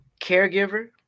caregiver